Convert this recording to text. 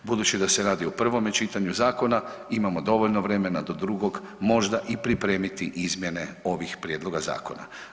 Budući da se radi o prvome čitanju zakona imamo dovoljno vremena do drugog možda i pripremiti izmjene ovih prijedloga zakona.